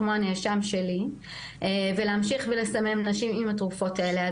כמו הנאשם שלי ולהמשיך ולסמם נשים עם התרופות האלה,